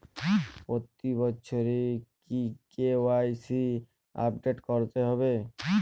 প্রতি বছরই কি কে.ওয়াই.সি আপডেট করতে হবে?